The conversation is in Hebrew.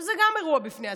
שזה אירוע בפני עצמו.